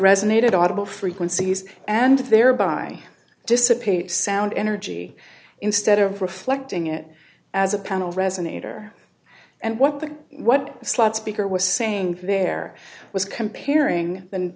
resonated audible frequencies and thereby dissipate sound energy instead of reflecting it as a panel resonator and what the what slot speaker was saying there was comparing th